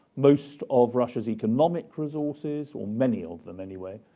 most of russia's economic resources, or many of them anyway,